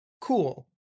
Cool